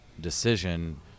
decision